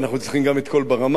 אנחנו צריכים גם את "קול ברמה",